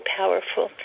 powerful